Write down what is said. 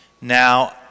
now